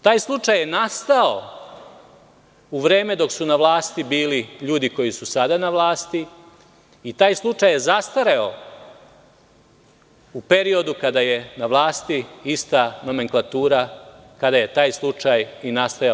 Taj slučaj je nastao u vreme dok su na vlasti bili ljudi koji su sada na vlasti i taj slučaj je zastareo u periodu kada je na vlasti ista nomenklatura, kada je taj slučaj i nastajao.